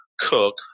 cook